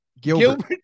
Gilbert